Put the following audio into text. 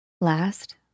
Last